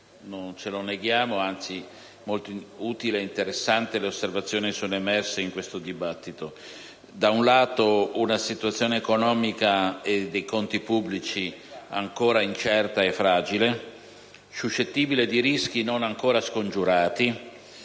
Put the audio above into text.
Non ce lo neghiamo. Anzi, molto utili ed interessanti sono le osservazioni emerse in questo dibattito. Da un lato, si ha una situazione economica e dei conti pubblici ancora incerta e fragile, suscettibile di rischi non ancora scongiurati.